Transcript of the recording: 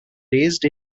raised